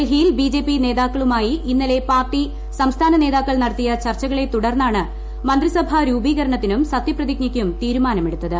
ഡൽഹിയിൽ B J P നേതാക്കളുമായി ഇന്നലെ പാർട്ടി സംസ്ഥാന നേതാക്കൾ നടത്തിയ ചർച്ചുകളെ തുടർന്നാണ് മന്ത്രിസഭാ രൂപീകരണത്തിനും സത്യപ്രതിജ്ഞയ്ക്കും തീരുമാനമെടുത്തത്